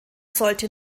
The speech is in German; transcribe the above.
sollte